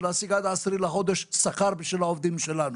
להשיג עד ה-10 בחודש שכר בשביל העובדים שלנו,